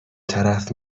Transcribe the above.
طرف